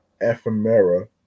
Ephemera